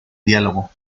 diálogo